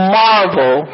marvel